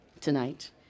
tonight